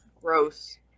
gross